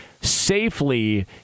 safely